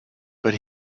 but